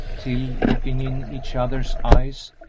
till, looking in each other's eyes,